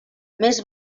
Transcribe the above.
més